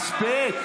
מספיק.